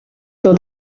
saw